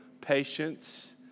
Patience